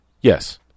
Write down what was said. Yes